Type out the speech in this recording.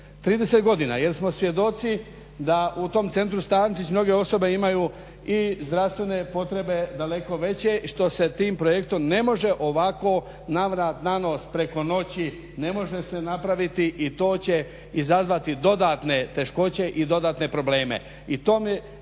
30 godina jer smo svjedoci da u tom centru Stančić mnoge osobe imaju i zdravstvene potrebe daleko veće što se tim projektom ne može ovako na vrat na nos preko noći ne može se napraviti i to će izazvati dodatne teškoće i dodatne probleme.